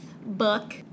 Book